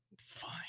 Fine